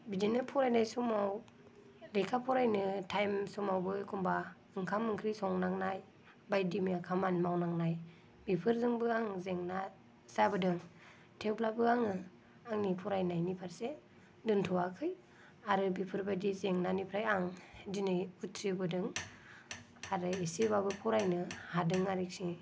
बिदिनो फरायनाय समाव लेखा फरायनो टाइम समावबो एखमब्ला ओंखाम ओंख्रि संनांनाय बायदि मैया खामानि मावनांनाय बेफोरजोंबो आं जेंना जाबोदों थेवब्लाबो आङो आंनि फरायनायनि फारसे दोन्थ'आखै आरो बेफोरबायदि जेंनानिफ्राय आं दिनै उथ्रिबोदों आरो एसेब्लाबो फरायनो हादों आरोखि